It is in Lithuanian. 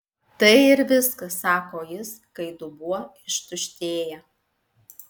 tai ir viskas sako jis kai dubuo ištuštėja